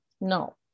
No